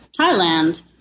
Thailand